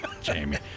Jamie